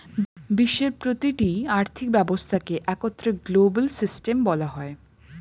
বিশ্বের প্রতিটি আর্থিক ব্যবস্থাকে একত্রে গ্লোবাল সিস্টেম বলা হয়